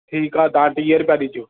ठीकु आहे तव्हां टीह रुपिया ॾिजो